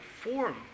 form